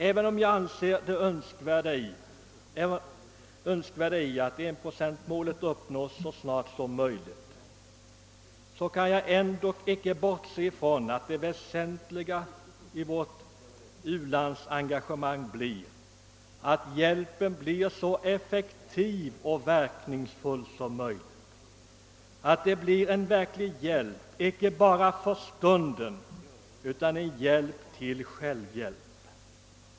Även om jag inser det önskvärda i att 1-procentsmålet uppnås så snart som möjligt, kan jag ändå inte bortse från att det väsentliga i vårt u-landsengagemang är att hjälpen blir så effektiv och verkningsfull som möjligt, att det blir en hjälp icke bara för stunden utan en hjälp till självhjälp.